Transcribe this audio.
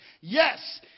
yes